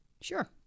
Sure